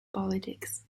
politics